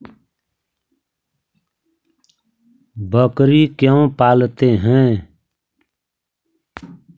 बकरी क्यों पालते है?